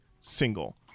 single